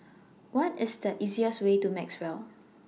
What IS The easiest Way to Maxwell